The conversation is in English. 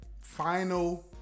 final